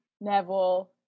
Neville